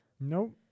Nope